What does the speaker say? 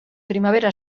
primavera